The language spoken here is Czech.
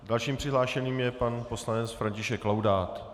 Dalším přihlášeným je pan poslanec František Laudát.